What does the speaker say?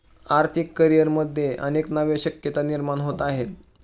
आर्थिक करिअरमध्ये अनेक नव्या शक्यता निर्माण होत आहेत